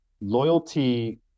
loyalty